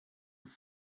have